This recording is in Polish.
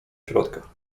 środka